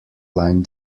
line